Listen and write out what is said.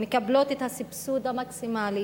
המקבלות את הסבסוד המקסימלי